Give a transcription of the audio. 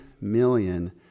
million